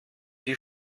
die